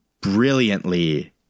brilliantly